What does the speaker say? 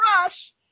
Rush